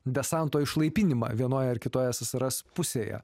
desanto išlaipinimą vienoje ar kitoje se se ras pusėje